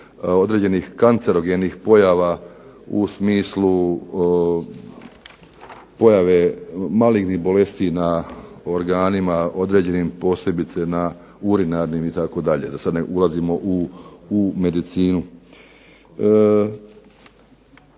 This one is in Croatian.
određenih kancerogenih pojava u smislu pojave malignih bolesti na organima određenim posebice na urinarnim itd. da sada ne ulazimo u medicinu.